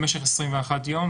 למשך 21 יום.